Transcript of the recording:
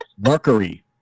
Mercury